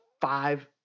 five